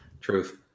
Truth